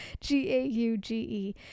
g-a-u-g-e